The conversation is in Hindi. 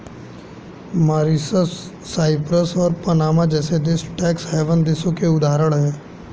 मॉरीशस, साइप्रस और पनामा जैसे देश टैक्स हैवन देशों के उदाहरण है